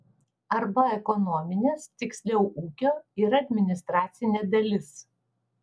arba ekonominės tiksliau ūkio ir administracinė dalis